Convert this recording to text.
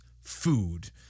food